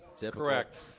Correct